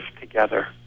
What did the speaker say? together